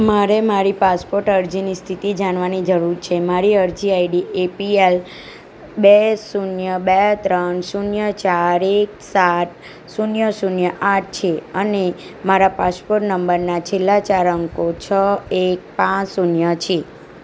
મારે મારી પાસપોટ અરજીની સ્થિતિ જાણવાની જરૂર છે મારી અરજી આઈડી એપીએલ બે શૂન્ય બે ત્રણ શૂન્ય ચાર એક સાત શૂન્ય શૂન્ય આઠ છે અને મારા પાસપોટ નંબરના છેલ્લા ચાર અંકો છ એક પાંચ શૂન્ય છે